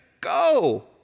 Go